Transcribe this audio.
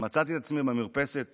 מצאתי את עצמי במרפסת